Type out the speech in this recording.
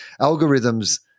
Algorithms